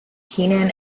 keenan